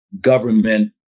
government